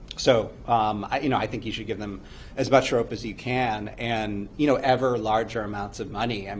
so um i you know i think you should give them as much rope as you can, and you know ever-larger amounts of money. and